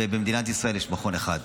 ובמדינת ישראל יש מכון אחד.